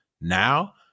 now